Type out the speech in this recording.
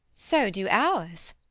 so do ours.